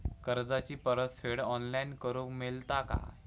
कर्जाची परत फेड ऑनलाइन करूक मेलता काय?